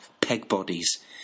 peg-bodies